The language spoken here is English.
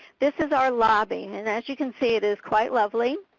this is our lobby and and as you can see it is quite lovely,